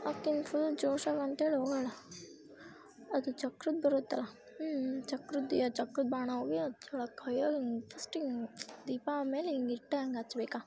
ಆಕ್ಕಿನ್ full ಜೋಶಾಗಿ ಅಂತೇಳಿ ಹೋಗೋಣ ಅದು ಚಕ್ರದ್ದು ಬರುತ್ತಲ್ಲ ಚಕ್ರದ್ದೆ ಚಕ್ರದ ಬಾಣ ಹೋಗಿ ಅದ್ರೊಳಗೆ ಕೈಯಾಗೆ ಫಸ್ಟಿಗೆ ದೀಪ ಆಮೇಲೆ ಹೀಗಿಟ್ಟೆ ಹಂಗೆ ಹಚ್ಚಬೇಕಾ